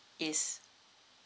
is